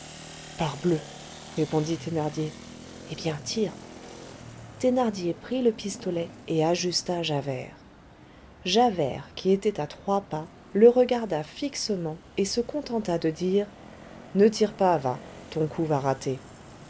parbleu répondit thénardier eh bien tire thénardier prit le pistolet et ajusta javert javert qui était à trois pas le regarda fixement et se contenta de dire ne tire pas va ton coup va rater